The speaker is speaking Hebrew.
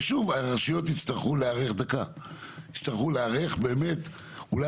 ושוב הרשויות יצטרכו להיערך באמת אולי